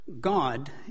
God